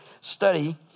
study